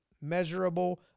measurable